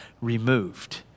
removed